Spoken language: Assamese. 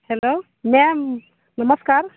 হেল্ল' মেম নমস্কাৰ